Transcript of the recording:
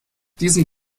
diesem